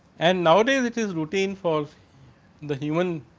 and nowadays, it is routine for the human